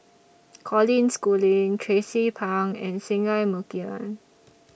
Colin Schooling Tracie Pang and Singai Mukilan